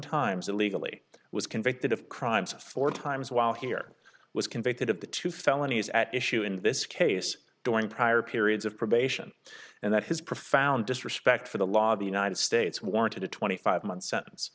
times illegally was convicted of crimes four times while here was convicted of the two felonies at issue in this case during prior periods of probation and that his profound disrespect for the law of the united states warranted a twenty five month sentence